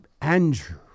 Andrew